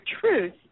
truth